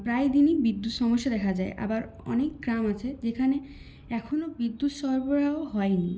প্রায়দিনই বিদ্যুৎ সমস্যা দেখা যায় আবার অনেক গ্রাম আছে যেখানে এখনও বিদ্যুৎ সরবরাহ হয়নি